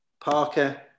Parker